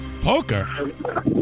Poker